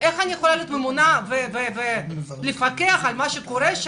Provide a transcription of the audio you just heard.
אני יכולה להיות ממונה ולפקח על מה שקורה.